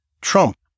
Trump